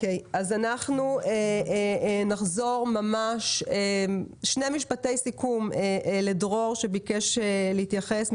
אנחנו נחזור לשני משפטים סיכום של דרור מלוריאל שביקש להתייחס,